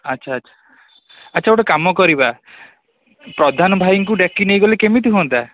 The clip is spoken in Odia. ଆଚ୍ଛା ଆଚ୍ଛା ଆଚ୍ଛା ଗୋଟେ କାମ କରିବା ପ୍ରଧାନ ଭାଇଙ୍କୁ ଡାକି ନେଇଗଲେ କେମିତି ହୁଅନ୍ତା